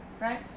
right